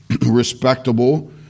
respectable